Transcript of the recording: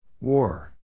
War